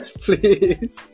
please